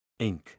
Inc